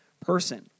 person